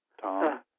Tom